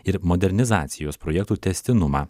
ir modernizacijos projektų tęstinumą